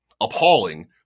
appalling